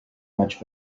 much